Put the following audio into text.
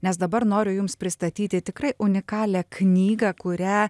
nes dabar noriu jums pristatyti tikrai unikalią knygą kurią